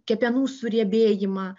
kepenų suriebėjimą